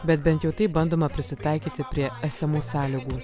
bet bent jau taip bandoma prisitaikyti prie esamų sąlygų